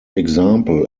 example